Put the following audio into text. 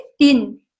thin